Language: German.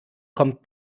kommt